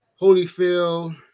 Holyfield